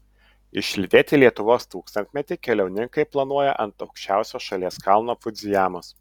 išlydėti lietuvos tūkstantmetį keliauninkai planuoja ant aukščiausio šalies kalno fudzijamos